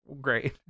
great